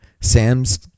sam's